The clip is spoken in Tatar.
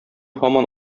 һаман